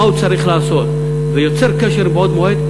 הוא צריך לעשות ויוצר קשר מבעוד מועד,